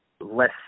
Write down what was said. less